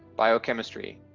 biochemistry.